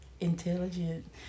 intelligent